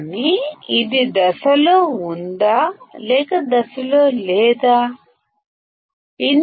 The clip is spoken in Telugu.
కానీ ఇది ఇన్ ఫేస్ లో ఉందా లేక అవుట్ అఫ్ ఫేస్